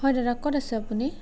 হয় দাদা ক'ত আছে আপুনি